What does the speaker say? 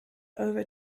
over